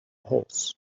horse